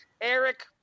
Eric